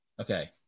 okay